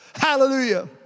Hallelujah